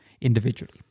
individually